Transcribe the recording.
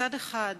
מצד אחד,